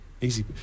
easy